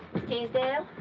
miss teasdale.